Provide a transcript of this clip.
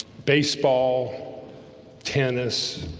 baseball tennis